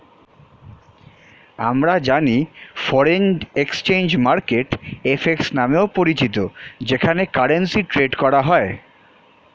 আমরা জানি foreign exchange market FX নামেও পরিচিত যেখানে কারেন্সি ট্রেড করা হয়